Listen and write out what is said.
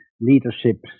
leadership